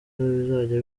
bizajya